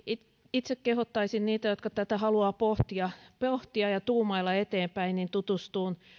itse kehottaisin niitä jotka tätä haluavat pohtia ja tuumailla eteenpäin tutustumaan